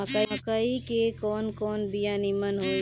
मकई के कवन कवन बिया नीमन होई?